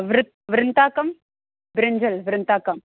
वृत्तिः वृन्ताकं बृञ्जल् वृन्ताकं